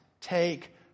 Take